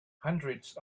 hundreds